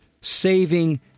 saving